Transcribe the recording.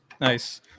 nice